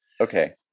Okay